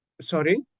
Sorry